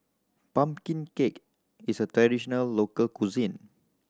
pumpkin cake is a traditional local cuisine